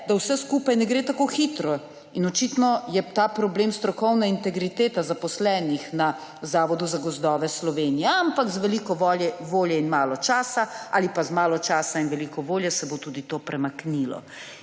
da vse skupaj ne gre tako hitro. Očitno je ta problem strokovna integriteta zaposlenih na Zavodu za gozdove Slovenija. Ampak z veliko volje in malo časa ali pa z malo časa in veliko volje se bo tudi to premaknilo